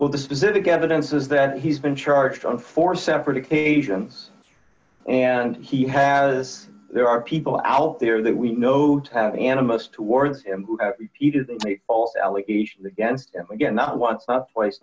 well the specific evidence is that he's been charged on four separate occasions and he has there are people out there that we know that have animist towards him who have repeated all allegations against him again not once not twice